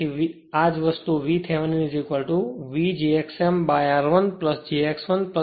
તેથી આ જ વસ્તુ હું અહીં આ VThevenin v j x m r 1 j x1 x m લખી રહ્યો છું